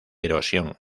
erosión